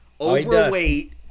Overweight